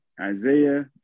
Isaiah